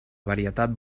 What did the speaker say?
varietat